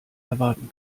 erwarten